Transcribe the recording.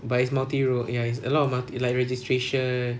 but it's multi role ya it's a lot of multi like registration